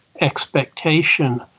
expectation